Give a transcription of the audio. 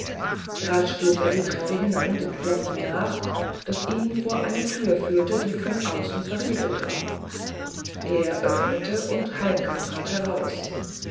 rasch flog er die treppe hinan dem klopfen nach das ihn vor eine tür führte die von außen verriegelt war er öffnete und heimken trat heraus